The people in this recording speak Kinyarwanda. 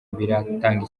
biratanga